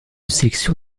sélection